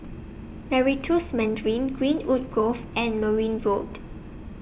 Meritus Mandarin Greenwood Grove and Merryn Road